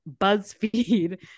Buzzfeed